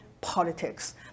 politics